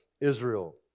Israel